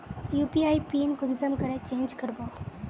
UPI PIN कुंसम करे change करबो?